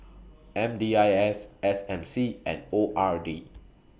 M D I S S M C and O R D